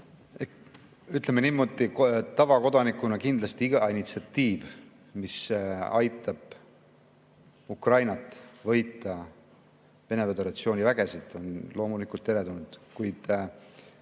Ütleme niimoodi, tavakodanikuna, et kindlasti iga initsiatiiv, mis aitab Ukrainal võita Vene föderatsiooni vägesid, on loomulikult teretulnud. Kuid